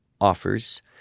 offers